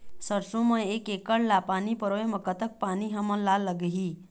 सरसों म एक एकड़ ला पानी पलोए म कतक पानी हमन ला लगही?